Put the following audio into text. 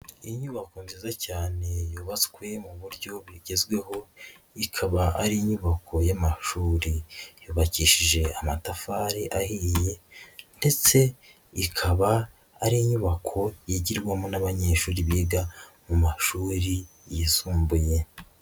Inyubako nziza cyane yubatswe mu buryo bugezweho ikaba ari inyubako y'amashuri, yubakishije amatafari ahiye ndetse ikaba ari inyubako yigirwamo n'abanyeshuri biga mu mashuri yisumbuye.